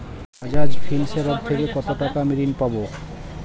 বাজাজ ফিন্সেরভ থেকে কতো টাকা ঋণ আমি পাবো?